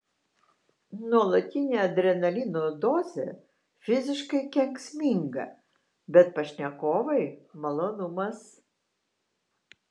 nuolatinė adrenalino dozė fiziškai kenksminga bet pašnekovai malonumas